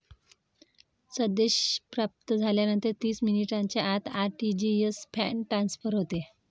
संदेश प्राप्त झाल्यानंतर तीस मिनिटांच्या आत आर.टी.जी.एस फंड ट्रान्सफर होते